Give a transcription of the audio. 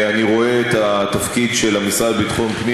אני רואה את התפקיד של המשרד לביטחון הפנים